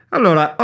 Allora